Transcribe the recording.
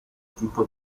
tipo